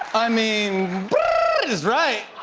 i mean is right!